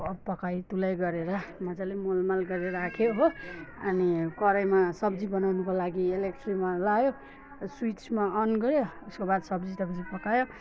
पकाइतुल्याइ गरेर मजाले मोलमाल गरेर राख्यो हो अनि कराहीमा सब्जी बनाउनुको लागि इलेक्ट्रिकमा लगायो स्विचमा अन गऱ्यो त्यसको बाद सब्जीसब्जी पकायो